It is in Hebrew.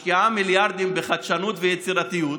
משקיעה מיליארדים בחדשנות וביצירתיות,